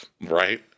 Right